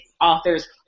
authors